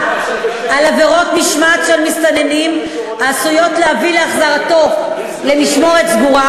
על עבירות משמעת של מסתננים העשויות להביא להחזרתו למשמורת סגורה,